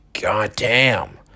goddamn